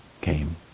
came